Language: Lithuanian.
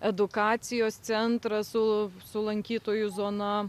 edukacijos centras su su lankytojų zona